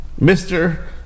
Mr